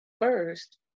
first